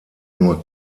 nur